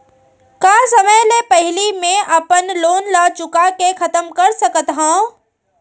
का समय ले पहिली में अपन लोन ला चुका के खतम कर सकत हव?